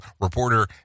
reporter